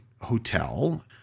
hotel